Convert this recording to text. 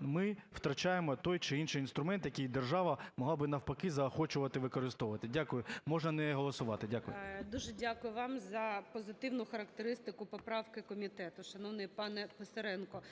ми втрачаємо той чи інший інструмент, який держава могла би навпаки заохочувати використовувати. Дякую. Можна не голосувати. Дякую. ГОЛОВУЮЧИЙ. Дуже дякую вам за позитивну характеристику поправки комітету, шановний пане Писаренко.